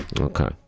Okay